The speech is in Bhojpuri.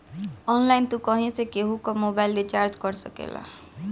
ऑनलाइन तू कहीं से केहू कअ मोबाइल रिचार्ज कर सकेला